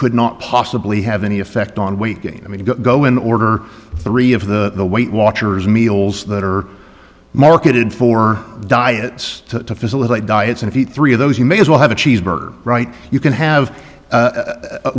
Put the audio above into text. could not possibly have any effect on weight gain i mean go in order three of the weight watchers meals that are marketed for diets to facilitate diets and heat three of those you may as well have a cheeseburger right you can have